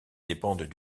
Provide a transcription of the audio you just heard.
dépendent